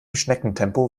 schneckentempo